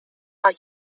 are